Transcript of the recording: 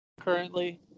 currently